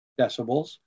decibels